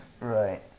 Right